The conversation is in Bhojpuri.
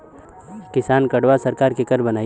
किसान कार्डवा सरकार केकर बनाई?